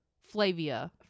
Flavia